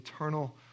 eternal